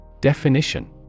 Definition